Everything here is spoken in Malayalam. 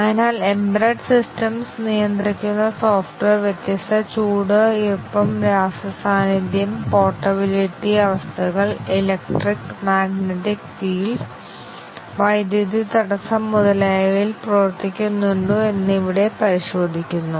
അതിനാൽ എംബെഡെഡ് സിസ്റ്റംസ് നിയന്ത്രിക്കുന്ന സോഫ്റ്റ്വെയർ വ്യത്യസ്ത ചൂട് ഈർപ്പം രാസ സാന്നിധ്യം പോർട്ടബിലിറ്റി അവസ്ഥകൾ എലക്ട്രിക് മാഗ്നെറ്റിക് ഫീൽഡ് വൈദ്യുതി തടസ്സം മുതലായവയിൽ പ്രവർത്തിക്കുന്നുണ്ടോ എന്ന് ഇവിടെ പരിശോധിക്കുന്നു